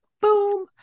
Boom